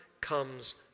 comes